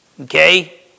okay